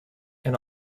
and